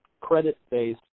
credit-based